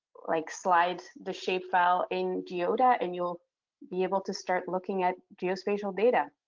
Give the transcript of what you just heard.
like, slide the shapefile in geoda and you'll be able to start looking at geospatial data.